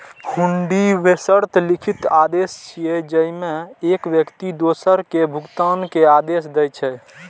हुंडी बेशर्त लिखित आदेश छियै, जेइमे एक व्यक्ति दोसर कें भुगतान के आदेश दै छै